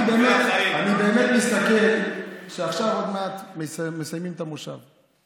אני באמת רואה שעכשיו עוד מעט מסיימים את המושב.